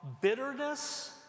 bitterness